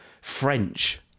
French